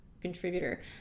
contributor